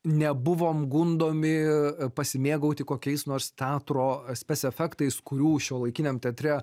nebuvom gundomi pasimėgauti kokiais nors teatro spec efektais kurių šiuolaikiniam teatre